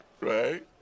Right